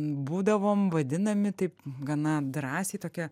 būdavom vadinami taip gana drąsiai tokia